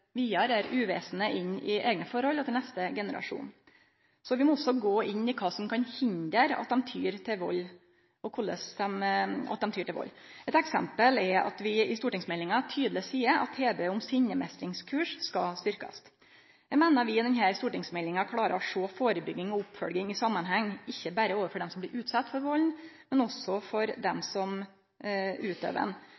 vidare dette uvesenet inn i eigne forhold og til neste generasjon. Så vi må gå inn og sjå på kva som kan hindre at dei tyr til vald. Eit eksempel er at vi i stortingsmeldinga tydeleg seier at tilbodet om sinnemeistringskurs skal styrkjast. Eg meiner vi i denne stortingsmeldinga klarer å sjå førebygging og oppfølging i samanheng, ikkje berre overfor dei som blir utsette for valden, men også for dei